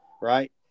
right